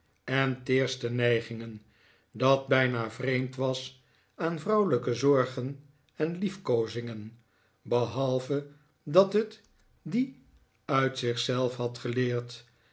en teerste neigingen dat bijna vreemd was aan vrouwelijke zorgen en liefkoozingen behalve dat het die uit zich zelf had geleerd